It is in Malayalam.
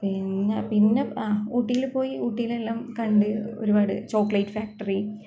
പിന്നെ പിന്നെ ആ ഊട്ടിയില് പോയി ഊട്ടിയില് എല്ലാം കണ്ട് ഒരുപാട് ചോക്ലേറ്റ് ഫാക്ടറി